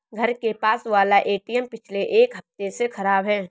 घर के पास वाला एटीएम पिछले एक हफ्ते से खराब है